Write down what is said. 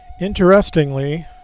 Interestingly